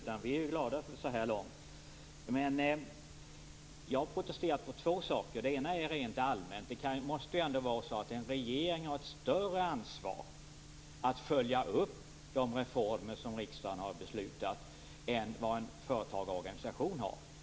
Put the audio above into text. Så här långt är vi glada. Jag protesterar mot två saker. Den ena gäller rent allmänt. En regering måste väl ha ett större ansvar för att följa upp reformer som riksdagen har beslutat om än vad en företagarorganisation har.